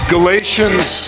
Galatians